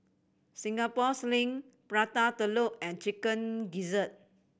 Singapore Sling Prata Telur and Chicken Gizzard